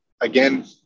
again